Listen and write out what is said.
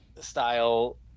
style